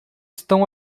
estão